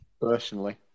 Personally